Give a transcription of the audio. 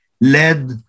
led